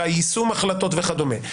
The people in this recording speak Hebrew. אלא יישום החלטות וכדומה.